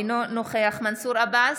אינו נוכח מנסור עבאס,